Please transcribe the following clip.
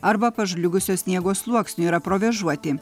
arba pažliugusio sniego sluoksniu yra provėžuoti